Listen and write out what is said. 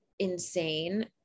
insane